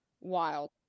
Wild